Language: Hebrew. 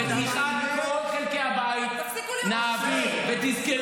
לכן אני אומר, בואו נסתכל